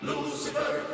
Lucifer